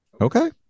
Okay